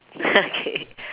okay